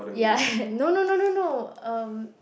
ya no no no no no erm